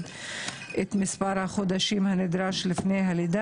את מספר החודשים הנדרש לפני הלידה,